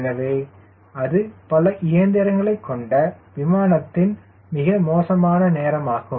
எனவே அது பல இயந்திரங்களைக் கொண்ட விமானத்தின் மிக மோசமான நேரம் ஆகும்